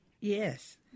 Yes